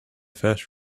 first